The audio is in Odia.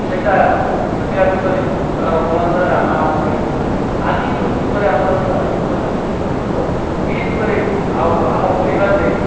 ସେହିଟା ତ୍ରେତୟା ଯୁଗରେ ରଘୁବଂଶର ରାମାୟଣରେ ହୋଇଥିଲା ଆଜି ଯେଉଁ ଯୁଗରେ ଆମର ଯେଉଁ ଯୁଗ ଚାଲିଛି କଳିଯୁଗ ଏ ଯୁଗରେ ଆଉ ଆମ ପରିବାରରେ